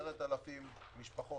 משפחות,